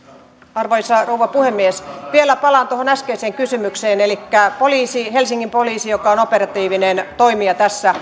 arvoisa rouva puhemies vielä palaan tuohon äskeiseen kysymykseen elikkä helsingin poliisi joka on operatiivinen toimija tässä